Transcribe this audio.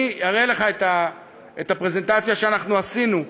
אני אראה לך את הפרזנטציה שאנחנו עשינו: